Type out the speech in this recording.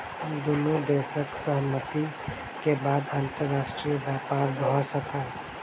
दुनू देशक सहमति के बाद अंतर्राष्ट्रीय व्यापार भ सकल